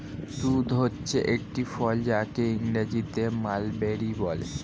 তুঁত হচ্ছে একটি ফল যাকে ইংরেজিতে মালবেরি বলে